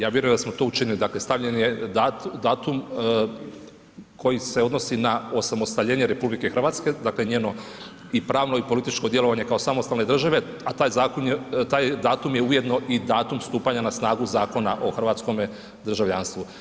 Ja vjerujem da smo to učinili, dakle, stavljen je datum koji se odnosi na osamostaljenje RH, dakle njeno i pravno i političko djelovanje kao samostalne države, a taj zakon je, taj datum je ujedno i datum stupanja na snagu Zakona o hrvatskome državljanstvu.